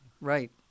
right